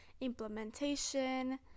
implementation